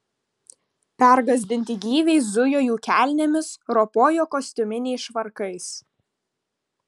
pergąsdinti gyviai zujo jų kelnėmis ropojo kostiuminiais švarkais